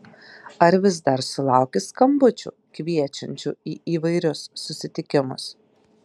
ar vis dar sulauki skambučių kviečiančių į įvairius susitikimus